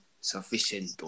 sufficient